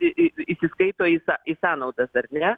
į į įsiskaito į są į sąnaudas ar ne